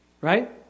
Right